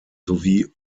sowie